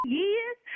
years